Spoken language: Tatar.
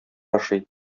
ашый